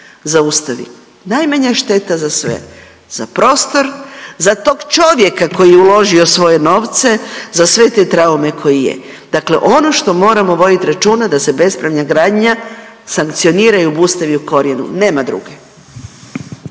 zaustavi, najmanja je šteta za sve, za prostor, za tog čovjeka koji je uložio svoje novce, za sve te traume koje je. Dakle ono što moramo vodit računa da se bespravna gradnja sankcionira i obustavi u korijenu, nema druge.